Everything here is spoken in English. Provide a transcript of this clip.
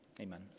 Amen